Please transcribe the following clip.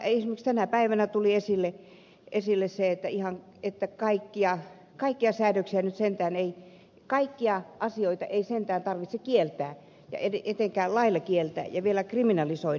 esimerkiksi tänä päivänä tuli esille se että ihan ketä kaikkia kaikkia säädöksiä sentään ei kaikkia asioita ei sentään tarvitse kieltää ja etenkään lailla kieltää ja vielä kriminalisoida